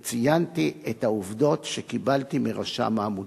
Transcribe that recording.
וציינתי את העובדות שקיבלתי מרשם העמותות.